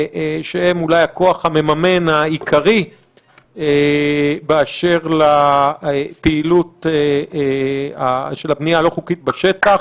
שהם אולי הכוח המממן העיקרי באשר לפעילות של הבנייה הלא חוקית בשטח.